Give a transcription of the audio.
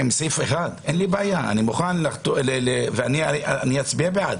עם סעיף 1. אין לי בעיה ואני אצביע בעד.